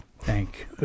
Thank